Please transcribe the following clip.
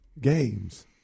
games